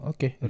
Okay